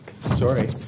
Sorry